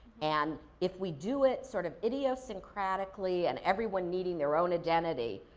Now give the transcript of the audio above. and, if we do it, sort of, idiosyncratically, and everyone needing their own identity,